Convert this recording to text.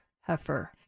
Heifer